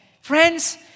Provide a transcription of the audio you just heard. Friends